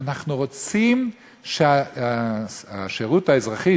הוא אמר: אנחנו רוצים שהשירות האזרחי,